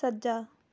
ਸੱਜਾ